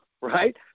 right